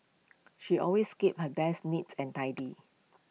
she always keeps her desk neats and tidy